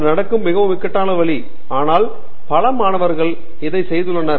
இது நடக்கும் மிகவும் இக்கட்டான வழி ஆனால் பல மாணவர்கள் இதை செய்துள்ளனர்